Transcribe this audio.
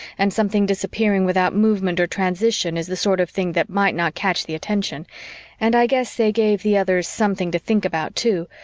and something disappearing without movement or transition is the sort of thing that might not catch the attention and i guess they gave the others something to think about too,